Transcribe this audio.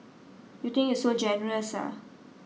you think you so generous ah